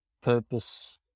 purpose